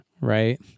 right